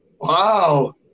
wow